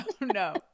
No